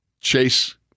Chase